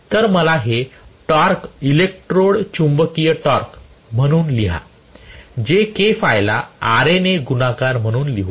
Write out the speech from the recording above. तर मला हे टॉर्क इलेक्ट्रोड चुंबकीय टॉर्क म्हणून लिहा जे k phi ला Ra ने गुणाकार म्हणून लिहू द्या